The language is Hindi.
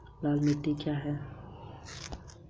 लाल मिट्टी क्या है?